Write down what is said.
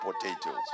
potatoes